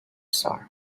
star